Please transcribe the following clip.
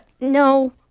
no